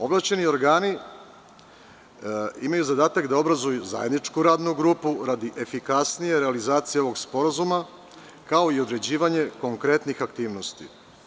Ovlašćeni organi imaju zadatak da obrazuju zajedničku radnu grupu radi efikasnije realizacije ovog sporazuma, kao i određivanje konkretnih aktivnosti.